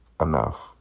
enough